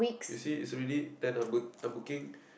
you see is already ten b~ er booking